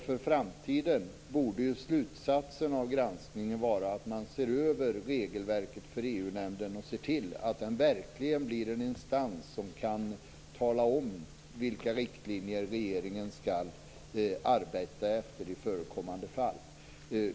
För framtiden borde slutsatsen av granskningen vara att man ser över regelverket för EU-nämnden och ser till att nämnden verkligen blir en instans som kan tala om vilka riktlinjer regeringen skall arbeta efter i förekommande fall.